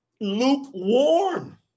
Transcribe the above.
lukewarm